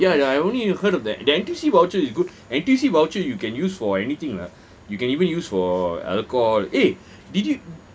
ya ya I only heard of that the N_T_U_C voucher you good N_T_U_C voucher you can use for anything lah you can even use for alcohol eh did you